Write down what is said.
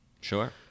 Sure